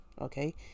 okay